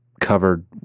covered